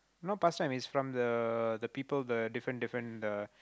no past time it's from the the people the different different the